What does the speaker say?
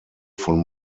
von